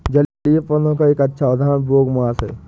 जलीय पौधों का एक अच्छा उदाहरण बोगमास है